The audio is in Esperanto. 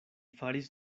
faris